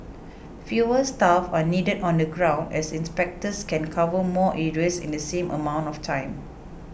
fewer staff are needed on the ground as inspectors can cover more areas in the same amount of time